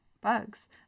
bugs